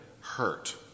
hurt